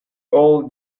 all